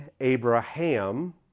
Abraham